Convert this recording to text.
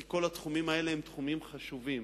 כי כל התחומים האלה הם תחומים חשובים.